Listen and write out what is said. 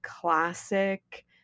classic